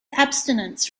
abstinence